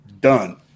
Done